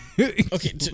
Okay